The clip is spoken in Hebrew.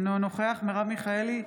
אינו נוכח מרב מיכאלי,